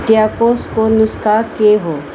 ट्याकोसको नुस्खा के हो